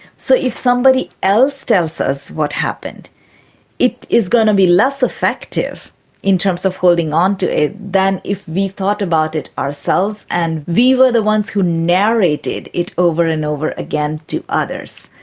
so if somebody else tells us what happened it is going to be less effective in terms of holding on to it than if we thought about it ourselves and we were the ones who narrated it over and over again to others.